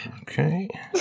okay